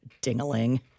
Ding-a-ling